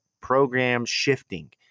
program-shifting